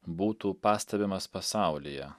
būtų pastebimas pasaulyje